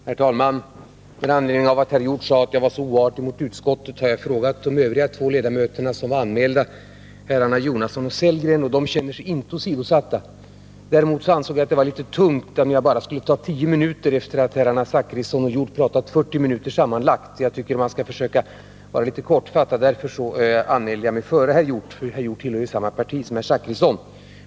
Herr talman! Med anledning av att herr Hjorth sade att jag var oartig mot utskottet har jag frågat de övriga två ledamöterna av utskottet som anmält sig till debatten — herrar Jonasson och Sellgren — och de känner sig inte 41 åsidosatta. Själv ansåg jag att det vore litet tunt att bara ta tio minuter i anspråk efter det att herrarna Zachrisson och Hjorth talat sammanlagt 40 minuter. Jag tycker man skall försöka fatta sig kort; därför anmälde jag mig före herr Hjorth — herr Hjorth tillhör ju samma parti som herr Zachrisson.